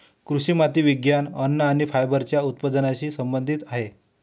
कृषी माती विज्ञान, अन्न आणि फायबरच्या उत्पादनाशी संबंधित आहेत